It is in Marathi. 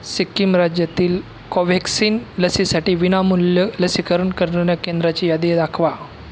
सिक्कीम राज्यातील कोव्हॅक्सिन लसीसाठी विनामूल्य लसीकरण करणाऱ्या केंद्रांची यादी दाखवा